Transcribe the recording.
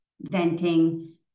venting